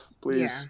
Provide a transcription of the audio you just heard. Please